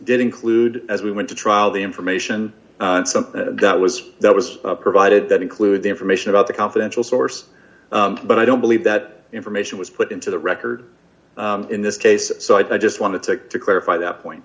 did include as we went to trial the information something that was that was provided that included the information about the confidential source but i don't believe that information was put into the record in this case so i just want to take to clarify that point